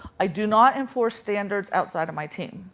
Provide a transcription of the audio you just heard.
i do not enforce standards outside of my team.